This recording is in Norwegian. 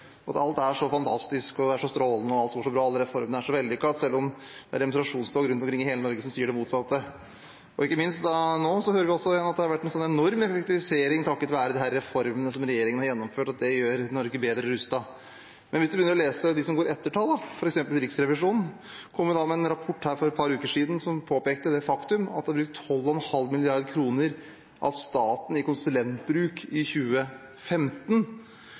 alt er så fantastisk og så strålende, alt går så bra, alle reformene er så vellykkede, selv om det er demonstrasjonstog rundt omkring i hele Norge som sier det motsatte. Ikke minst hører vi nå at det har vært en sånn enorm effektivisering takket være disse reformene som regjeringen har gjennomført, og at det gjør Norge bedre rustet. Men hvis man begynner å lese fra dem som ettergår tallene, kom f.eks. Riksrevisjonen med en rapport for et par uker siden som påpekte det faktum at staten har brukt 12,5 mrd. kr på konsulenter i 2015. Vi har sett denne uken hvordan veksten i